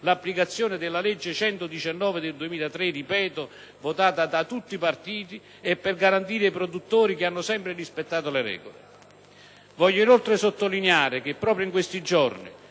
l'applicazione della legge n. 119 del 2003, votata da tutti i partiti, e per garantire i produttori che hanno sempre rispettato le regole. Voglio, inoltre, sottolineare che, proprio in questi giorni